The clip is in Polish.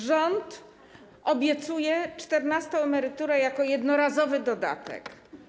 Rząd obiecuje czternastą emeryturę jako jednorazowy dodatek.